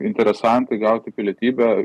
interesantai gauti pilietybę